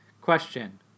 Question